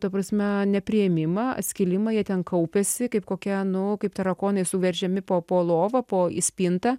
ta prasme nepriėmimą skilimą jie ten kaupiasi kaip kokia nu kaip tarakonai suveržiami po po lova po į spintą